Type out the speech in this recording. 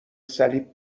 صلیب